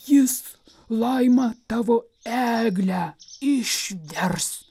jis laima tavo eglę išders